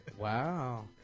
Wow